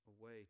away